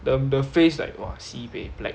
the the face like !wah! sibei black